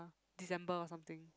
December or something